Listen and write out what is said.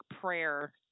prayer